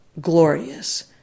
glorious